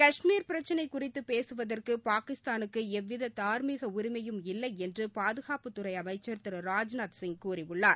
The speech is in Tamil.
கஷ்மீர் பிரச்சினை குறித்து பேசுவதற்கு பாகிஸ்தானுக்கு எவ்வித தார்மீக உரிமையும் இல்லை என்று பாதுகாப்பு அமைச்சர் திரு ராஜ்நாத்சிங் கூறியுள்ளர்